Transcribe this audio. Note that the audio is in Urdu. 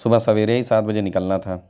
صبح سویرے ہی سات بجے نکلنا تھا